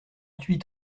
huit